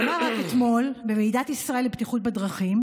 אמר רק אתמול בוועידת ישראל לבטיחות בדרכים